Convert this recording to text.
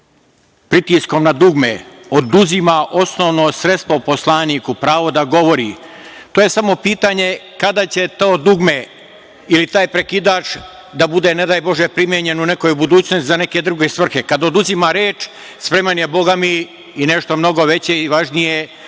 pritiskom na dugme, oduzima osnovno sredstvo poslaniku, pravo da govori, to je samo pitanje kada će to dugme ili taj prekidač da bude, ne daj bože, primenjen u nekoj budućnosti za neke druge svrhe. Kad on oduzima reč, spreman je, bogami, i nešto mnogo veće i važnije